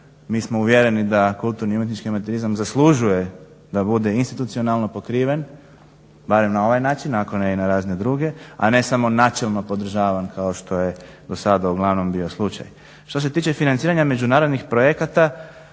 mi smo uvjereni da kulturni i umjetnički amaterizam zaslužuje da bude institucionalno pokriven, barem na ovaj način ako ne i na razne druge, a ne samo načelno podržavan kao što je dosada uglavnom bio slučaj. Što se tiče financiranja međunarodnih projekata